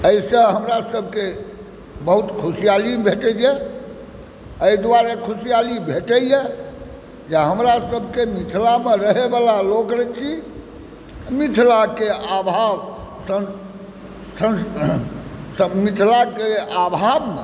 एहिसँ हमरा सभकेँ बहुत खुशहाली भेटैत अछि एहि दुआरे खुशहाली भेटैया जे हमरा सभकेँ मिथिलामे रहैए वाला लोक छी मिथिलाक आभाव सन मिथिलाक आभावमे